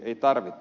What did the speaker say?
ei tarvita